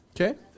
Okay